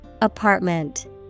Apartment